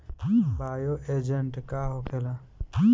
Bio agent का होखेला?